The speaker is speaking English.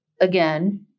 again